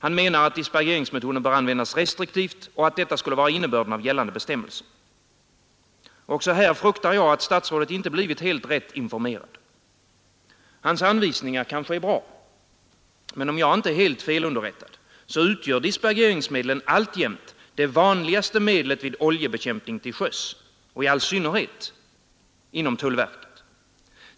Han menar att dispergeringsmetoden bör användas restriktivt och att detta skulle vara innebörden i gällande bestämmelser. Också här fruktar jag att statsrådet inte blivit helt rätt informerad. Hans anvisningar kanske är bra men om jag inte är felunderrättad, utgör dispergeringsmedlen alltjämt det vanligaste medlet vid oljebekämpning till sjöss, i all synnerhet inom tullverket.